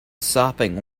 sopping